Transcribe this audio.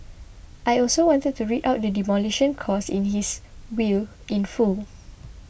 I also wanted to read out the Demolition Clause in his will in full